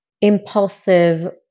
Impulsive